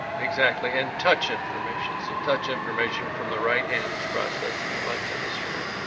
exactly. and touch information. so touch information from the right hand is processed in the left hemisphere,